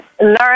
learn